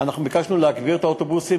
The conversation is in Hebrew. אנחנו ביקשנו להגדיל את מספר האוטובוסים.